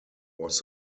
was